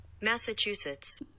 Massachusetts